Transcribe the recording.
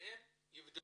שהם יבדקו.